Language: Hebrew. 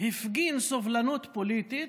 הפגין סובלנות פוליטית,